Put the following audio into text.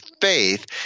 faith